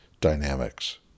dynamics